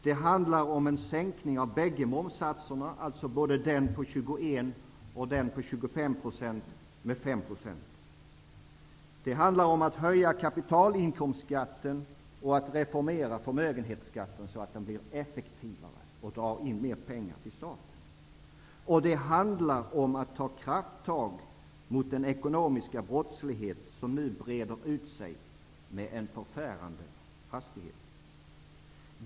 Det handlar om en sänkning om bägge momssatserna, den på 21 % och den på 25 %, med fem procentenheter. Det handlar om att höja kapitalinkomstskatten och att reformera förmögenhetsskatten så att den blir effektivare och drar in mer pengar till statskassan. Och det handlar om att ta krafttag mot den ekonomiska brottslighet som nu breder ut sig med en förfärande hastighet.